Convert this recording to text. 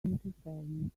interfering